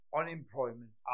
unemployment